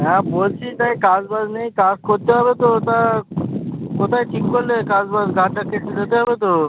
হাঁ বলছি তাই কাজ বাজ নেই কাজ করতে হবে তো তা কোথায় ঠিক করলে কাজ বাজ যেতে হবে তো